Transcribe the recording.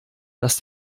das